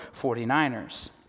49ers